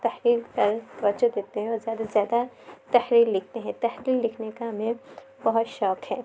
تحریر پر توجہ دیتے ہیں اور زیادہ سے زیادہ تحریر لکھتے ہیں تحریر لکھنے کا ہمیں بہت شوق ہے